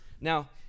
Now